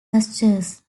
pastures